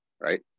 right